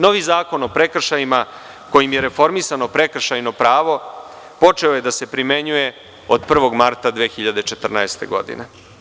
Novi Zakon o prekršajima kojim je reformisano prekršajno pravo počeo je da se primenjuje od 1. marta 2014. godine.